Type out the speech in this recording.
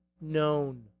known